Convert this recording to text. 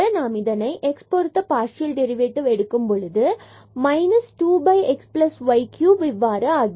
நாம் இதனை x பொருத்த டெரிவேட்டிவ் எடுக்கும் பொழுது இது 2 xy cube இவ்வாறு ஆகிறது